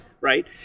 right